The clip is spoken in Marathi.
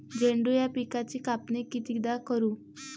झेंडू या पिकाची कापनी कितीदा करू?